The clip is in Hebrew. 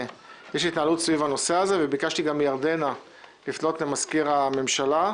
וביקשתי גם מירדנה לפנות למזכיר הממשלה.